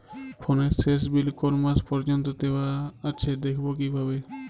ফোনের শেষ বিল কোন মাস পর্যন্ত দেওয়া আছে দেখবো কিভাবে?